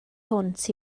hwnt